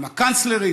עם הקנצלרית,